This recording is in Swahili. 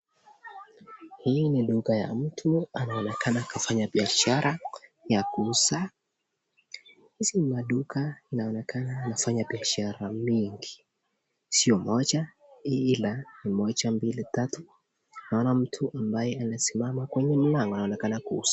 Hii ni duka ya mtu, anaonekana kafanya biashara ya kuuza. Hizi ni maduka inaonekana kufanya biashara sio moja, ila ni moja, mbili, tatu. Naona mtu ambaye amesimama kwa hiyo mlango, anaonekana kuuza.